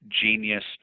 genius